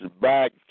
back